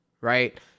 right